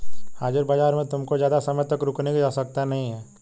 हाजिर बाजार में तुमको ज़्यादा समय तक रुकने की आवश्यकता नहीं है